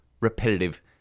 repetitive